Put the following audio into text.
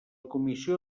comissió